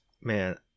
man